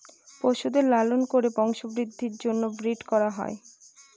পশুদের লালন করে বংশবৃদ্ধির জন্য ব্রিড করা হয়